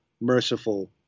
merciful